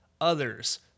others